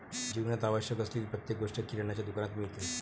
जीवनात आवश्यक असलेली प्रत्येक गोष्ट किराण्याच्या दुकानात मिळते